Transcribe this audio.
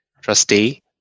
trustee